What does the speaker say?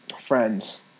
friends